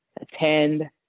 attend